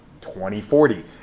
2040